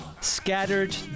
scattered